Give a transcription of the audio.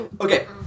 Okay